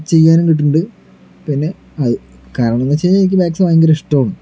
ചെയ്യാനും കിട്ടുന്നുണ്ട് പിന്നെ അത് കാരണം എന്ന് വെച്ചാൽ എനിക്ക് മാക്സ് ഭയങ്കര ഇഷ്ടമാണ്